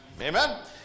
Amen